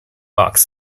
box